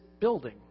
building